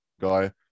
guy